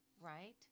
Right